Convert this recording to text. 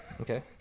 Okay